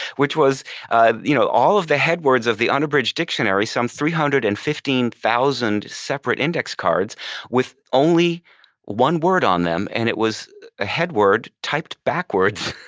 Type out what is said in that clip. which was ah you know all of the headwords of the unabridged dictionary some three hundred and fifteen thousand separate index cards with only one word on them. and it was a headword typed backwards.